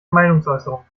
meinungsäußerung